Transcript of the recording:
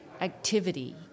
activity